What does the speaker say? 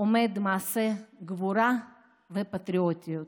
עומד מעשה גבורה ופטריוטיות.